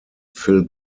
phil